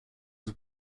his